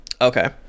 Okay